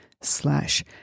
slash